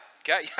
Okay